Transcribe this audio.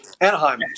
Anaheim